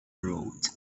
road